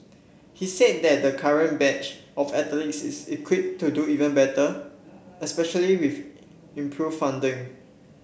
he said that the current batch of athletes is equipped to do even better especially with improved funding